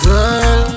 Girl